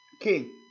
king